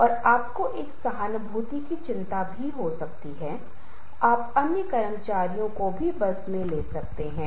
इसलिए संदेश दूसरों को जाना चाहिए कि हाँ हर कोई समान है और हर किसी को प्रदर्शन करना चाहिए